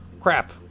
Crap